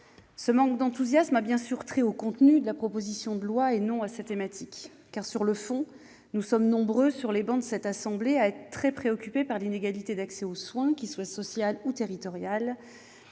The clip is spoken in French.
Ce manque d'enthousiasme a bien sûr trait au contenu de la proposition de loi, et non à sa thématique : sur le fond, nous sommes nombreux, au sein de cette assemblée, à être très préoccupés par les inégalités d'accès aux soins, qu'elles soient sociales ou territoriales.